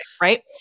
right